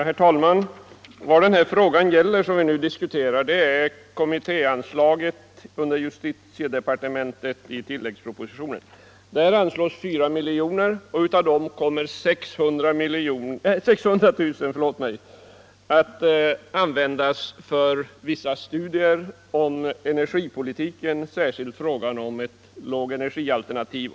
Herr talman! Vad denna fråga gäller är kommittéanslaget på tilläggsstat under justitiedepartementets verksamhetsområde. Av de föreslagna 4 miljoner kronorna kommer 600 000 kronor att användas för vissa studier om energipolitiken, särskilt i vad det gäller frågan om ett lågenergialternativ.